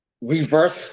reverse